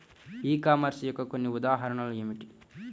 E commerce యొక్క కొన్ని ఉదాహరణలు ఏమిటి?